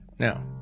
Now